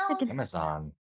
amazon